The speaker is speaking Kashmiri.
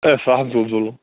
ہے سٔہ حظ گوٚو ظُلُم